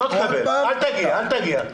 אל תגיע.